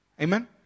Amen